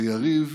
ליריב